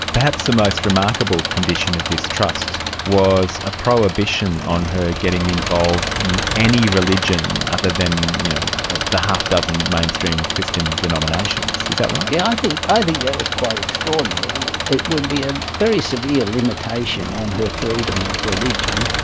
perhaps the most remarkable condition of this trust was a prohibition on her getting involved in any religion other than you know the half dozen mainstream christian denominations. is that right? yeah yes, i think that was quite extraordinary, and it would be a very severe limitation on her freedom of religion.